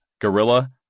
gorilla